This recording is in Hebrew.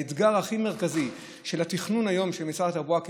האתגר הכי מרכזי של התכנון במשרד התחבורה היום,